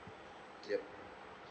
yup